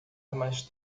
mais